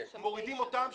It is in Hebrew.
מורידים אותן.